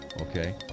Okay